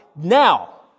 now